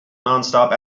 nonstop